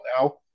now